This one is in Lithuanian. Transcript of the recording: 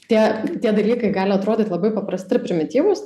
tie tie dalykai gali atrodyt labai paprasti primityvūs